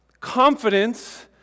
Confidence